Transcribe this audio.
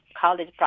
college